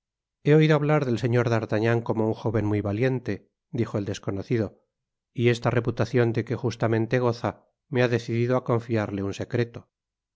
at he oido hablar del señor d'artagnan como un jóven muy valiente dijo el desconocido y esta reputacion de que justamente goza me ha decidido á confiarle ufl secreto